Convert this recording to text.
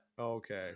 Okay